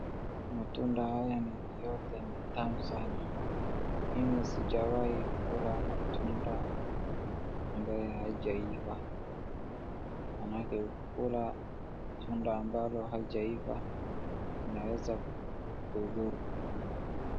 Matunda hayo yote ni tamu sana. Mimi sijawahi kula matunda ambayo haijaiva. Maanake kula tunda ambalo halijaiva inaweza kudhuru.